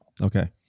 Okay